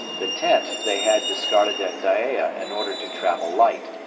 the tent they had discarded at dyea in order to travel light.